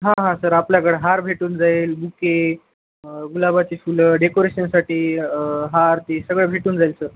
हां हां सर आपल्याकडं हार भेटून जाईल बुके गुलाबाची फुलं डेकोरेशनसाठी हार ते सगळं भेटून जाईल सर